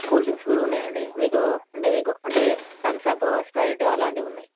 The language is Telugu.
కూల్ డ్రింక్స్ కూడా ఉన్నాయి అండి మీకు అంటే మీకు అంటే తంసప్ స్ప్రైట్ అలాంటివి ఉన్నాయి